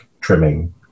trimming